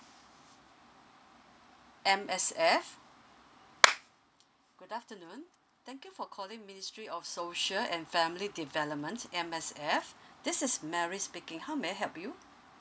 M_S_F good afternoon thank you for calling ministry of social and family development M_S_F this is mary speaking how may I help you